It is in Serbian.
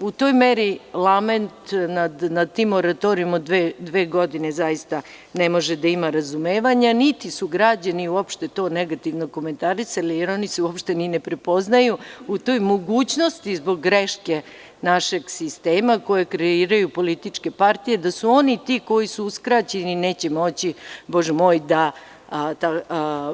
U toj meri lament nad tim moratorijumom od dve godine, zaista ne može da ima razumevanja, niti su građani to uopšte negativno komentarisali, jer oni se i ne prepoznaju u toj mogućnosti zbog greške našeg sistema koje kreiraju političke partije, da su oni ti koji su uskraćeni, neće moći, Bože moj, da